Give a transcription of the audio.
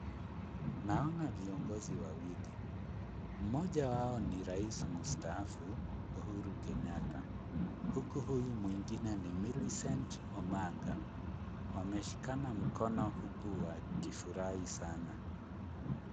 Naona viongozi wawili. Mmoja wao ni Rais mstaafu, Uhuru Kenyatta huku huyu mwingine ni Millicent Omanga. Wameshikana mkono huku wakifurahi sana.